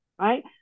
right